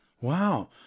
wow